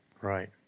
Right